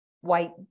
white